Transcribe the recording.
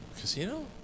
Casino